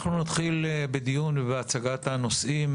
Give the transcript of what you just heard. נתחיל בדיון והצגת הנושאים.